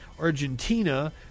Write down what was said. Argentina